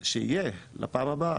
כשיהיה, לפעם הבאה.